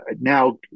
now